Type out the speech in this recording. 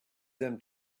them